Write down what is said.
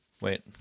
Wait